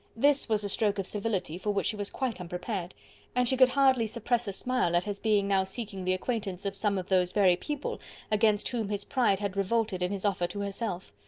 this was a stroke of civility for which she was quite unprepared and she could hardly suppress a smile at his being now seeking the acquaintance of some of those very people against whom his pride had revolted in his offer to herself.